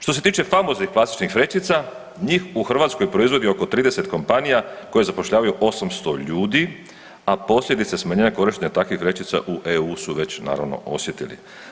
Što se tiče famoznih plastičnih vrećica njih u Hrvatskoj proizvodi oko 30 kompanija koje zapošljavaju 800 ljudi, a posljedice smanjenja korištenja takvih vrećica u EU su već naravno osjetili.